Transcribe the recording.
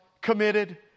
committed